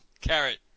Carrot